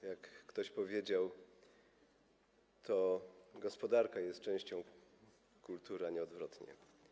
Jak ktoś powiedział, to gospodarka jest częścią kultury, a nie odwrotnie.